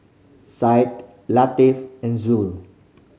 Syed Latif and Zoo